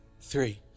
three